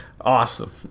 Awesome